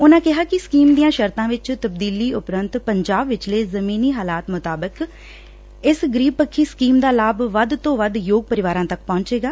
ਉਨਾਂ ਕਿਹਾ ਕਿ ਸਕੀਮ ਦੀਆਂ ਸ਼ਰਤਾਂ ਵਿੱਚ ਤਬਦੀਲੀ ਉਪਰੰਤ ਪੰਜਾਬ ਵਿਚਲੇ ਜ਼ਮੀਨੀ ਹਾਲਾਤ ਮੁਤਾਬਕ ਇਸ ਗਰੀਬ ਪੱਖੀ ਸਕੀਮ ਦਾ ਲਾਭ ਵੱਧ ਤੋਂ ਵੱਧ ਯੋਗ ਪਰਿਵਾਰਾਂ ਤੱਕ ਪਹੁੰਚੇਗਾ